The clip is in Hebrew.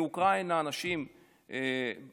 מאוקראינה האנשים באו,